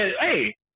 hey